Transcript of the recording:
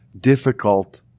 difficult